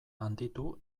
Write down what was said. handitu